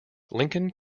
lincoln